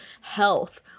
health